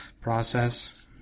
process